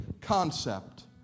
concept